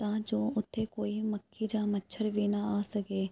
ਤਾਂ ਜੋ ਉਥੇ ਕੋਈ ਮੱਖੀ ਜਾਂ ਮੱਛਰ ਵੀ ਨਾ ਆ ਸਕੇ